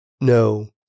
No